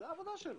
זו העבודה שלו.